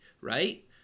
Right